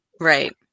Right